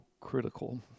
critical